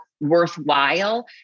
worthwhile